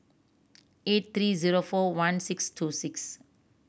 eight three zero four one six two six